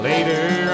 Later